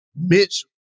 Mitch